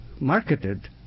marketed